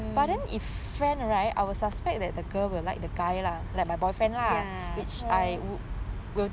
ya so